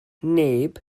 neb